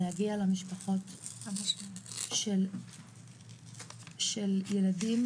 להגיע למשפחות של ילדים,